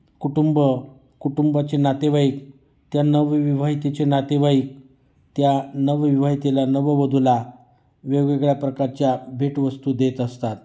कुटुंब कुटुंबाचे नातेवाईक त्या नवविवाहितेचे नातेवाईक त्या नवविवाहितेला नववधूला वेगवेगळ्या प्रकारच्या भेटवस्तू देत असतात